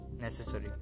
necessary